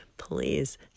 please